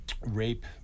rape